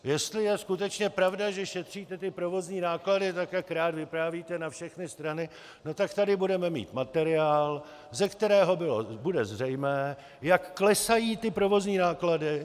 Jestli je skutečně pravda, že šetříte provozní náklady tak, jak rád vyprávíte na všechny strany, no tak tady budeme mít materiál, ze kterého bude zřejmé, jak klesají provozní náklady!